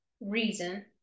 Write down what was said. reason